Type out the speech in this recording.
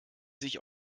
sich